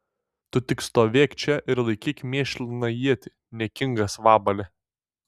tu tik stovėk čia ir laikyk mėšliną ietį niekingas vabale